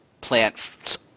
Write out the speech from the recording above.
plant